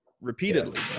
repeatedly